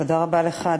תודה רבה לך.